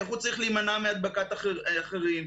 איך הוא צריך להימנע מהדבקת אחרים,